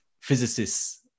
physicists